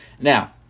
Now